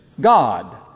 God